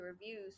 reviews